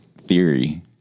theory